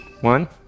one